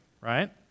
right